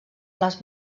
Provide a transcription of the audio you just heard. les